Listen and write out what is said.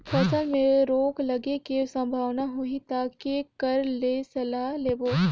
फसल मे रोग लगे के संभावना होही ता के कर ले सलाह लेबो?